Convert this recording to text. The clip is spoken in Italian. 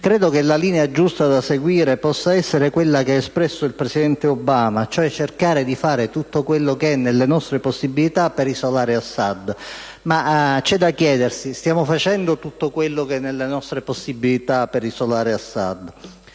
Credo che linea giusta da seguire possa essere quella espressa dal presidente Obama, ossia cercare di fare tutto quello che è nelle nostre possibilità per isolare Assad. C'è da chiedersi se stiamo facendo tutto quanto è nelle nostre possibilità. Abbiamo molto